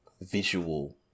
visual